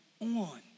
on